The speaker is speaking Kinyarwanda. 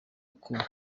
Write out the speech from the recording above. uko